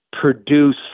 produce